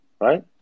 right